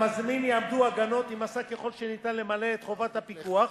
למזמין יעמדו הגנות אם עשה ככל שניתן למלא את חובת הפיקוח,